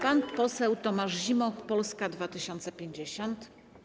Pan poseł Tomasz Zimoch, Polska 2050.